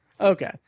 Okay